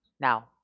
Now